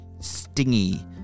stingy